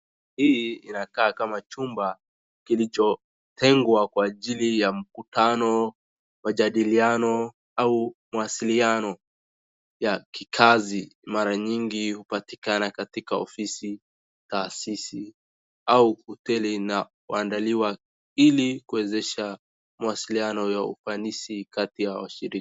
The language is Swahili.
Hii inakaa kama chumba kilichotengwa kwa ajili ya mkutano, majadiliano au mawasiliano ya kikazi mara nyingi hupatikana katika ofisi, taasisi, au hoteli na huandaliwa ili kuwezesha mawasiliano ya ufanisi kati ya washiriki.